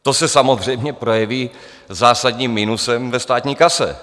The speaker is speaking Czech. To se samozřejmě projeví zásadním minusem ve státní kase.